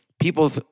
people